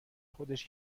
خودش